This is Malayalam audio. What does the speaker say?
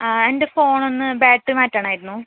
എൻ്റെ ഫോണ് ഒന്ന് ബാറ്ററി മാറ്റണമായിരുന്നു